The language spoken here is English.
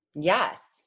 Yes